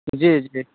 جی جی